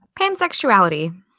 Pansexuality